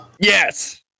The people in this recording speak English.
Yes